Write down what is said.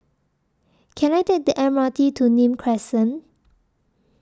Can I Take The M R T to Nim Crescent